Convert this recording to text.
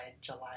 July